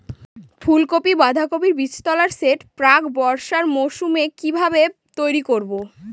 ফুলকপি বাধাকপির বীজতলার সেট প্রাক বর্ষার মৌসুমে কিভাবে তৈরি করব?